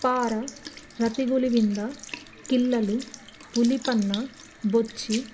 పార రతిగుళివింద కిల్లలు పులిపన్నా బొచ్చి